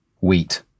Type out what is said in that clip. wheat